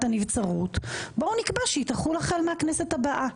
הנבצרות בואו נקבע שהיא תחול החל מהכנסת הבאה.